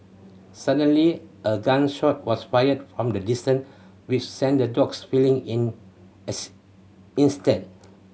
suddenly a gun shot was fired from the distance which sent the dogs fleeing in as instead